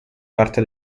parte